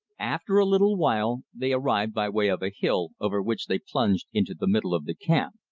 after a little while, they arrived by way of a hill, over which they plunged into the middle of the camp.